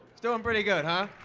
so um pretty good, huh?